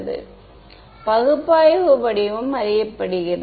மாணவர் அதாவது பகுப்பாய்வு வடிவம் அறியப்படுகிறது